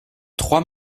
trois